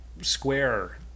square